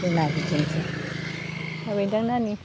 जोंना बिदिनोसै